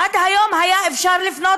עד היום היה אפשר לפנות